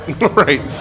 Right